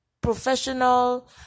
professional